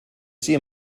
see